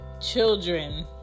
children